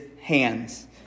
hands